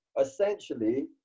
essentially